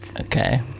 okay